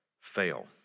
fail